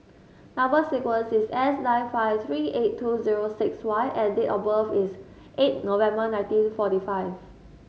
number sequence is S nine five three eight two zero six Y and date of birth is eight November nineteen forty five